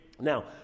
Now